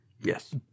Yes